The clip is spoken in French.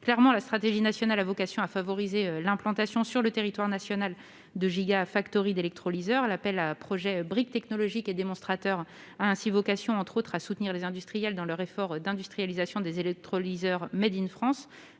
Clairement, la stratégie nationale a vocation à favoriser l'implantation sur le territoire national de d'électrolyseurs. L'appel à projets Briques technologiques et démonstrateurs a ainsi vocation, entre autres, à soutenir les industriels dans leur effort d'industrialisation d'électrolyseurs, du prototype